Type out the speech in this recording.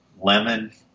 lemon